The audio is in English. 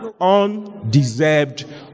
undeserved